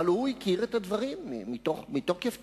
והלוא הוא הכיר את הדברים מתוקף תפקידו.